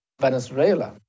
Venezuela